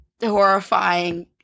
horrifying